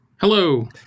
Hello